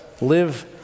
live